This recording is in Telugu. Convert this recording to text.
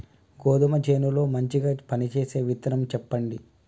గోధుమ చేను లో మంచిగా పనిచేసే విత్తనం చెప్పండి?